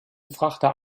frachter